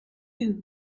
two